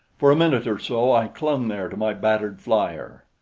for a minute or so i clung there to my battered flyer,